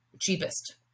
cheapest